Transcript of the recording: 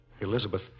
Elizabeth